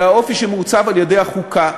זה האופי שמעוצב על-ידי החוקה.